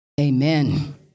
Amen